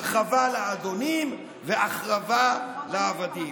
הרחבה לאדונים והחרבה לעבדים.